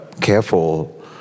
careful